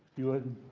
you would,